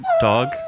Dog